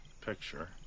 picture